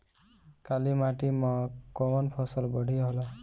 काली माटी मै कवन फसल बढ़िया होला?